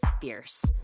fierce